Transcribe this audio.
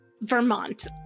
Vermont